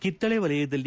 ಕಿತ್ತಳೆ ವಲಯಗಳಲ್ಲಿ